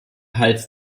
half